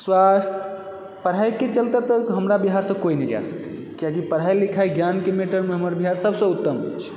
स्वास्थ्य पढ़ाईके चलते तऽ हमरा बिहारसँ कोई नहि जा सकैए किआकि पढ़ाइ लिखाइ ज्ञानके मैटरमे हमर बिहार सभसँ उत्तम अछि